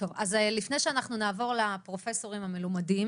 אבל אני מדברת על מסגרות שהן רווחה ולא בריאות.